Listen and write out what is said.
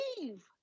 leave